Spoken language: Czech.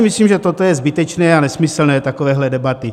Myslím, že toto je zbytečné a nesmyslné, takovéhle debaty.